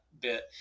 bit